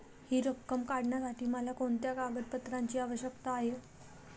हि रक्कम काढण्यासाठी मला कोणत्या कागदपत्रांची आवश्यकता आहे?